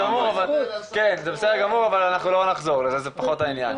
לפחות שהמדינה כן מתכננת וכן משתמשת בכוח שלה בשביל לאפשר חקלאות,